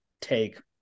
take